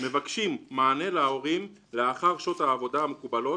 אנו מבקשים מענה להורים לאחר שעות העבודה המקובלות